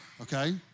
okay